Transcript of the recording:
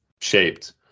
shaped